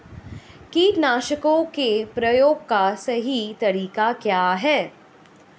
कीटनाशकों के प्रयोग का सही तरीका क्या है?